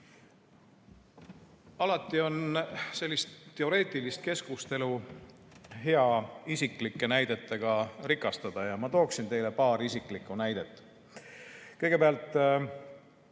Alati on sellist teoreetilist keskustelu hea isiklike näidetega rikastada. Ma tooksin teile paar isiklikku näidet. Kõigepealt,